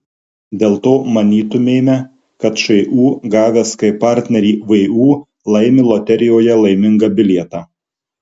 dėl to manytumėme kad šu gavęs kaip partnerį vu laimi loterijoje laimingą bilietą